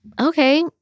Okay